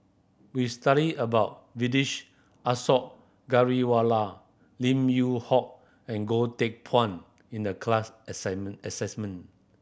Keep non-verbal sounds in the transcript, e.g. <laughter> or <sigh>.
we studied about Vedish Asaw Ghariwala Lim Yew Hock and Goh Teck Phuan in the class <unintelligible>